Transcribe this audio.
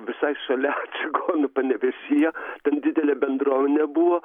visai šalia čigonų panevėžyje ten didelė bendruomenė buvo